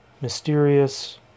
mysterious